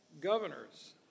governors